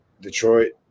Detroit